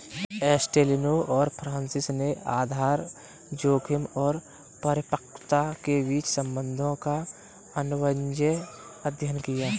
एस्टेलिनो और फ्रांसिस ने आधार जोखिम और परिपक्वता के बीच संबंधों का अनुभवजन्य अध्ययन किया